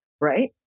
right